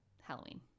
Halloween